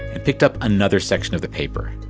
and picked up another section of the paper.